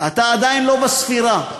אתה עדיין לא בספירה.